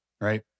right